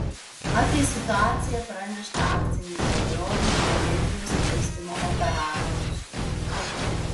apie situaciją pranešta akcinei bendrovei energijos skirstymo operatorius